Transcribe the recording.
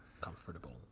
comfortable